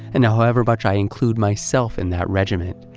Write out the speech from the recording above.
and however much i include myself in that regiment,